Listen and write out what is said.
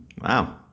wow